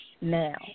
now